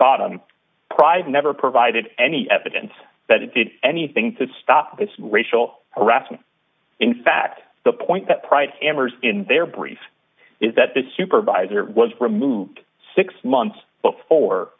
bottom prive never provided any evidence that it did anything to stop its racial harassment in fact the point that pride in their brief is that this supervisor was removed six months before